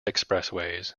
expressways